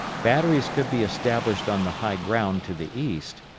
batteries could be established on the high ground to the east,